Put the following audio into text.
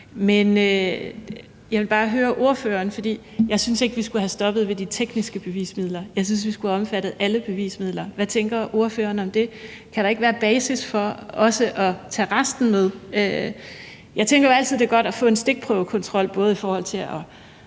kommer til at vedtage her. Jeg synes ikke, vi skulle have stoppet ved de tekniske bevismidler, jeg synes, alle bevismidler skulle være omfattet. Hvad tænker ordføreren om det? Kan der ikke være basis for også at tage resten med? Jeg tænker jo altid, det er godt at få en stikprøvekontrol, både i forhold til at